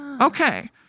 Okay